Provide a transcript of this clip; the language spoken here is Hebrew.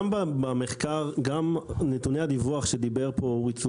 גם במחקר, בנתוני הדיווח שדיבר פה אורי צוק-בר,